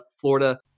Florida